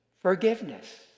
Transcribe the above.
forgiveness